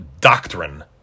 doctrine